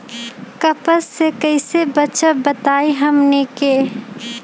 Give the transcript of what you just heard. कपस से कईसे बचब बताई हमनी के?